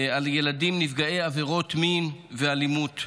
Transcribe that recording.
על ילדים נפגעי עבירות מין ואלימות.